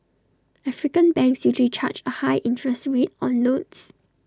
African banks usually charge A high interest rate on loans